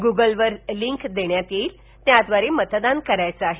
Google वर लिंक देण्यात येईल त्या आधारे मतदान करायचं आहे